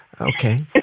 Okay